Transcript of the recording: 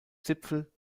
zipfel